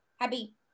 happy